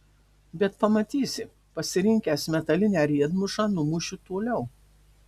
bet pamatysi pasirinkęs metalinę riedmušą numušiu toliau